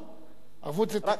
ערבות זה תקציב, אני מזכיר לך.